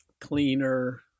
cleaner